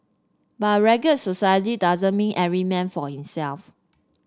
but a rugged society doesn't mean every man for himself